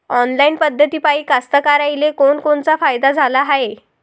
Online पद्धतीपायी कास्तकाराइले कोनकोनचा फायदा झाला हाये?